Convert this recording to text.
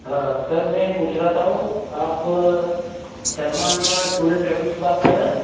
हाँ सर मैं ये पूछ रहा था वो आप शर्मा टूर एन ट्रैवल से बात कर रहे हैं